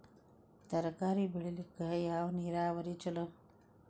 ತರಕಾರಿ ಬೆಳಿಲಿಕ್ಕ ಯಾವ ನೇರಾವರಿ ಛಲೋ?